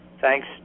thanks